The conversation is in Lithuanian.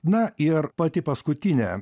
na ir pati paskutinė